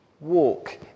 Walk